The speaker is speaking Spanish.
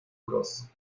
bros